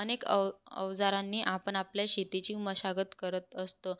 अनेक अव अवजारांनी आपण आपल्या शेतीची मशागत करत असतं